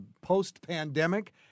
post-pandemic